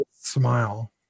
smile